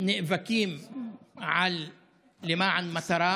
שנאבקים למען מטרה